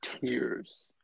tears